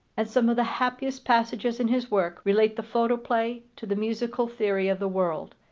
and some of the happiest passages in his work relate the photoplay to the musical theory of the world,